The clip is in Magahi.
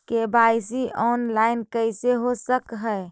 के.वाई.सी ऑनलाइन कैसे हो सक है?